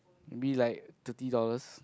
maybe like thirty dollars